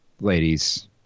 Ladies